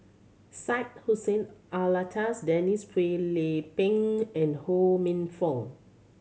Syed Hussein Alatas Denise Phua Lay Peng and Ho Minfong